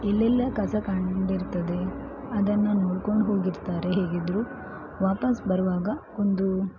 ಎಲ್ಲೆಲ್ಲ ಕಸ ಕಂಡಿರ್ತದೆ ಅದನ್ನು ನೋಡ್ಕೊಂಡು ಹೋಗಿರ್ತಾರೆ ಹೇಗಿದ್ದರೂ ವಾಪಸ್ ಬರುವಾಗ ಒಂದು